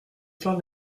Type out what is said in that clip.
faire